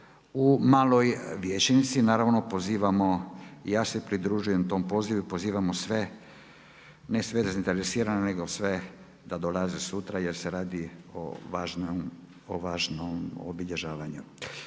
u Maloj vijećnici naravno pozivamo i ja se pridružujem tom pozivu i pozivamo sve ne sve zainteresirane nego sve da dolaze sutra jer se radi o važnom obilježavanju.